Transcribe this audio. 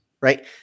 right